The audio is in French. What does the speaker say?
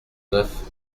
neuf